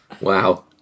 Wow